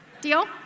Deal